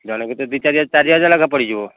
ଜଣକେ ତ ଦୁଇ ଚାରି ଚାରି ହଜାର ଟଙ୍କା ପଡ଼ିଯିବ